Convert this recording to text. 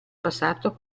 passato